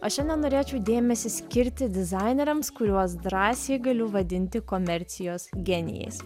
o šiandien norėčiau dėmesį skirti dizaineriams kuriuos drąsiai galiu vadinti komercijos genijais